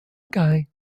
guy